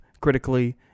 critically